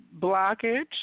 blockage